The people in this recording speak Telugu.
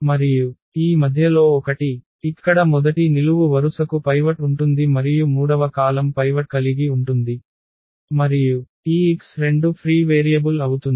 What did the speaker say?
మరియు ఈ మధ్యలో ఒకటి ఇక్కడ మొదటి నిలువు వరుసకు పైవట్ ఉంటుంది మరియు మూడవ కాలమ్ పైవట్ కలిగి ఉంటుంది మరియు ఈ x2 ఫ్రీ వేరియబుల్ అవుతుంది